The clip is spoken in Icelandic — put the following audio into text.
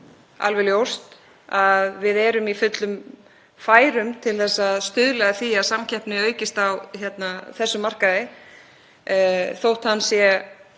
alveg ljóst að við erum í fullum færum til að stuðla að því að samkeppni aukist á þessum markaði þótt hann sé